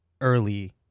early